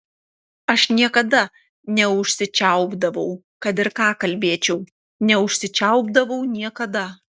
aš niekada neužsičiaupdavau kad ir ką kalbėčiau neužsičiaupdavau niekada